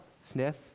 sniff